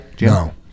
No